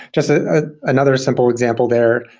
just ah ah another simple example there,